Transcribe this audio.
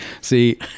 see